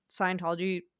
Scientology